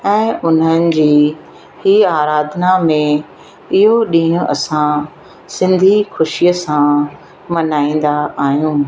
ऐं उन्हनि जी ई आराधना में इहो ॾींहुं असां सिंधी ख़ुशीअ में मल्हाईंदा आहियूं